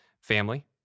family